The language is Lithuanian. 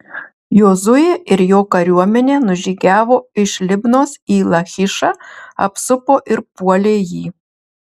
jozuė ir jo kariuomenė nužygiavo iš libnos į lachišą apsupo ir puolė jį